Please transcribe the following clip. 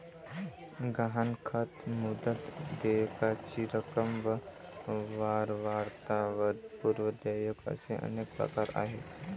गहाणखत, मुदत, देयकाची रक्कम व वारंवारता व पूर्व देयक असे अनेक प्रकार आहेत